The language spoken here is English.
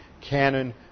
canon